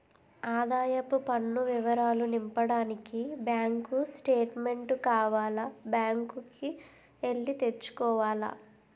ఆదాయపు పన్ను వివరాలు నింపడానికి బ్యాంకు స్టేట్మెంటు కావాల బ్యాంకు కి ఎల్లి తెచ్చుకోవాల